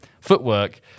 footwork